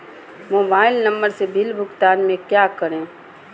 Mobile number से bill भुगतान में क्या करें?